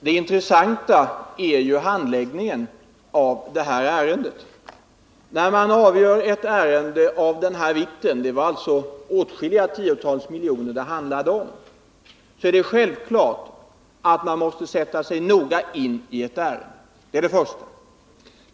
Herr talman! Det intressanta är ju handläggningen av det här ärendet. När man avgör ett ärende av stor vikt — här handlade det om åtskilliga tiotals miljoner — är det självklart att man måste sätta sig noga in i frågan. Det är det första.